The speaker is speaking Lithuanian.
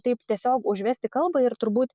taip tiesiog užvesti kalbą ir turbūt